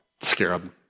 scarab